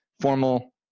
formal